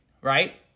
right